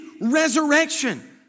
resurrection